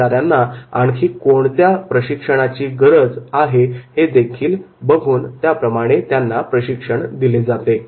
कर्मचाऱ्यांना आणखी कोणत्या प्रशिक्षणाची गरज आहे हे देखील बघून त्याप्रमाणे प्रशिक्षण दिले जाते